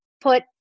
put